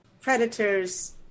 predators